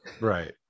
Right